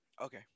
Okay